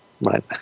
right